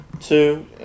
Two